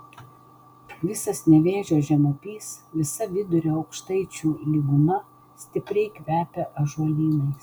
visas nevėžio žemupys visa vidurio aukštaičių lyguma stipriai kvepia ąžuolynais